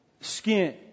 Skin